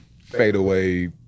fadeaway